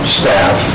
staff